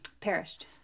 perished